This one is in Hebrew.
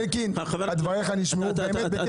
אלקין, דבריך נשמעו באמת בקשב רב.